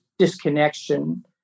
disconnection